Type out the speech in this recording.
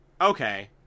okay